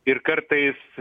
ir kartais